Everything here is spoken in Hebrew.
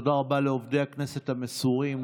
תודה רבה לעובדי הכנסת המסורים,